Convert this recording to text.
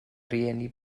rieni